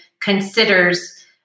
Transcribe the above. considers